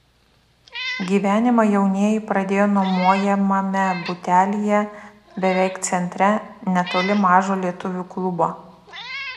gyvenimą jaunieji pradėjo nuomojamame butelyje beveik centre netoli mažo lietuvių klubo